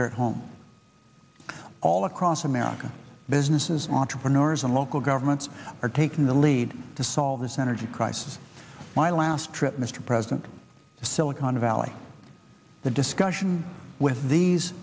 here at home all across america businesses entrepreneurs and local governments are taking the lead to solve this energy crisis my last trip mr president silicon valley the discussion with these